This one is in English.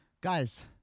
guys